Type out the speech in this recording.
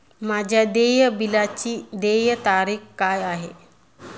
माझ्या देय बिलाची देय तारीख काय आहे?